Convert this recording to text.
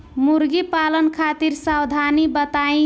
मुर्गी पालन खातिर सावधानी बताई?